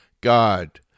God